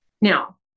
Now